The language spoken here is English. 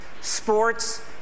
Sports